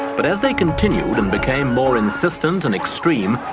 but as they continued and became more insistent and extreme,